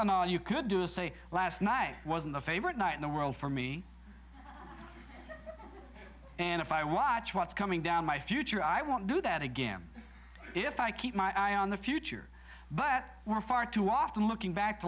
you could do or say last night i was in the favorite night in the world for me and if i watch what's coming down my future i won't do that again if i keep my eye on the future but we're far too often looking back